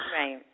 Right